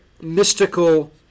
mystical